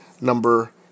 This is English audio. number